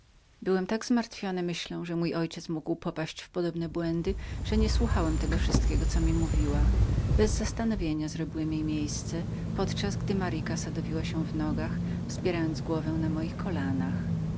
byłem tak zmartwiony myślą że mój ojciec mógł popaść w podobne błędy że niesłuchałem tego wszystkiego co mi mówiła mimowolnie odsunąłem się do ściany podczas gdy marika siadała w nogach wspierając głowę na moich kolanach